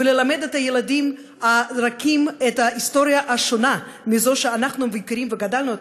וללמד את הילדים הרכים היסטוריה שונה מזו שאנחנו מכירים וגדלנו אתה,